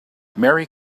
merry